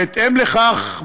בהתאם לכך,